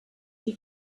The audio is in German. die